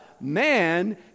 man